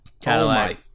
Cadillac